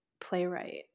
playwright